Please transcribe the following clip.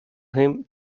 him